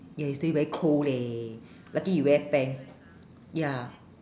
ya yesterday very cold leh lucky you wear pants ya